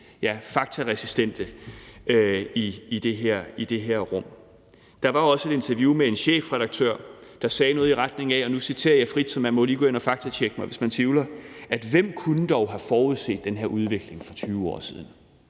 ja, faktaresistente i det her rum. Der var også et interview med en chefredaktør, der sagde noget i retning af – og nu citerer jeg frit, så man må jo lige gå ind og faktatjekke mig, hvis man tvivler: Hvem kunne dog have forudset den her udvikling for 20 år siden?